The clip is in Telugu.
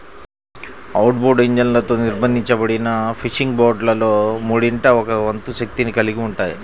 ఔట్బోర్డ్ ఇంజన్లతో నిర్బంధించబడిన ఫిషింగ్ బోట్లలో మూడింట ఒక వంతు శక్తిని కలిగి ఉంటాయి